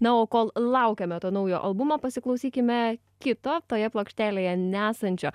na o kol laukiame to naujo albumo pasiklausykime kito toje plokštelėje nesančio